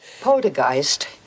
Poltergeist